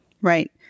Right